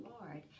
Lord